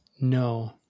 No